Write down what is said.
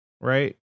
Right